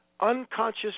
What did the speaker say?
unconscious